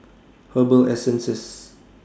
Herbal Essences